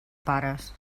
pares